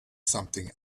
something